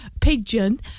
pigeon